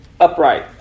upright